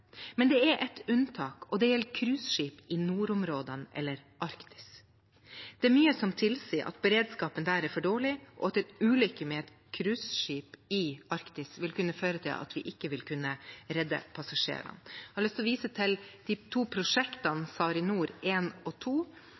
men det er et unntak, og det gjelder cruiseskip i nordområdene eller Arktis. Det er mye som tilsier at beredskapen der er for dårlig, og at en ulykke med et cruiseskip i Arktis vil kunne føre til at vi ikke vil kunne redde passasjerene. Jeg har lyst til å vise til de to prosjektene SARiNOR 1 og